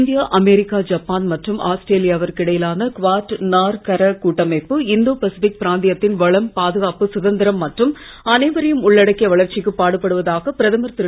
India America Japan மற்றும் ஆஸ்திரேலியாவிற்கு இடையிலான குவாட் நாற்கரக் கூட்டமைப்பு இந்தோ பசிபிக் பிராயந்தியத்தின் வளம் பாதுகாப்பு சுதந்திரம் மற்றும் அனைவரையும் உள்ளடக்கிய வளர்ச்சிக்கு பாடுபடுவதாக பிரதமர் திரு